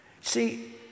See